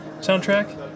soundtrack